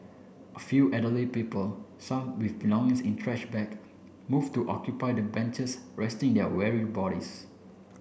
a few elderly people some with belongings in trash bag moved to occupy the benches resting their weary bodies